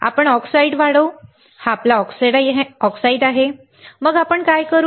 आपण ऑक्साईड वाढवू हा आमचा ऑक्साईड आहे मग आपण काय करू